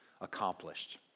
accomplished